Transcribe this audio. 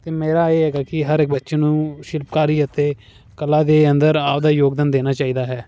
ਤੇ ਮੇਰਾ ਇਹ ਹੈਗਾ ਕੀ ਹਰ ਇੱਕ ਬੱਚੇ ਨੂੰ ਸ਼ਿਲਪਕਾਰੀ ਅਤੇ ਕਲਾ ਦੇ ਅੰਦਰ ਆਪਦਾ ਯੋਗਦਾਨ ਦੇਣਾ ਚਾਈਦਾ ਹੈ